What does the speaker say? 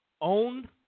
own